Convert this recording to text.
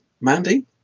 Mandy